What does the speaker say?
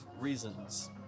reasons